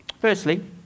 firstly